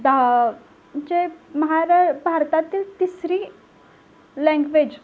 दहाआ म्हणजे महारा भारतातील तिसरी लँग्वेज